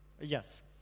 Yes